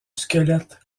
squelette